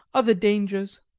other dangers,